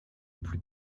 plus